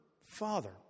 father